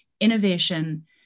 innovation